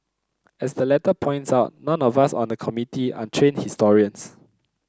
as the letter points out none of us on the Committee are trained historians